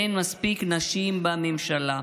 אין מספיק נשים בממשלה.